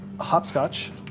Hopscotch